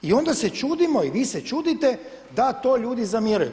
I onda se čudimo i vi se čudite da to ljudi zamjeraju.